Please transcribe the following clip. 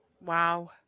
wow